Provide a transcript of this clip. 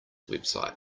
website